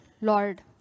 Lord